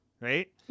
right